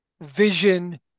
vision